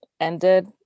ended